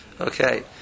Okay